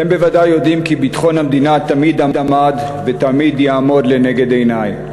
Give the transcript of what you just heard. אתם בוודאי יודעים כי ביטחון המדינה תמיד עמד ותמיד יעמוד לנגד עיני.